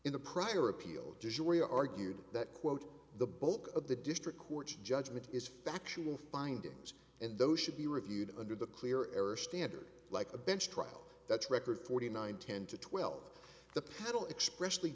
in the prior appeal joria argued that quote the bulk of the district court judgment is factual findings and those should be reviewed under the clear air standard like a bench trial that's record forty nine ten to twelve the paddle express